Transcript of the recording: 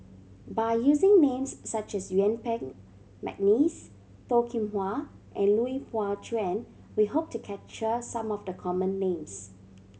by using names such as Yuen Peng McNeice Toh Kim Hwa and Lui Pao Chuen we hope to capture some of the common names